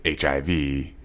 HIV